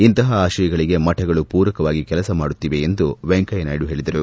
ಇಂತಪ ಆಶಯಗಳಿಗೆ ಮಠಗಳು ಪೂರಕವಾಗಿ ಕೆಲಸ ಮಾಡುತ್ತಿವೆ ಎಂದು ವೆಂಕಯ್ನಾಯ್ನು ಹೇಳಿದರು